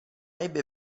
ebbe